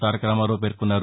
తారక రామారావు పేర్కొన్నారు